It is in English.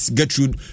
Gertrude